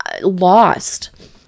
lost